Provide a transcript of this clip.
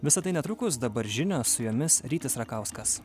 visa tai netrukus dabar žinios su jumis rytis rakauskas